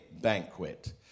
banquet